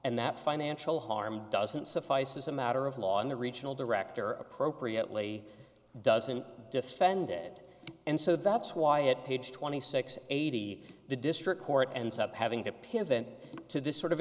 and that financial harm doesn't suffice as a matter of law and the regional director appropriately doesn't defend it and so that's why at page twenty six eighty the district court ends up having to pivot to this sort of